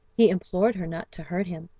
he implored her not to hurt him,